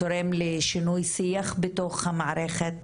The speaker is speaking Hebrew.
תורם לשינוי שיח בתוך המערכת,